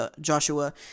Joshua